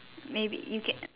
maybe you can